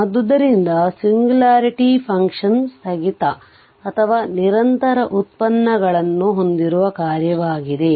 ಆದ್ದರಿಂದ singularity function ಸ್ಥಗಿತ ಅಥವಾ ನಿರಂತರ ಉತ್ಪನ್ನಗಳನ್ನು ಹೊಂದಿರುವ ಕಾರ್ಯವಾಗಿದೆ